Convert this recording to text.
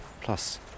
Plus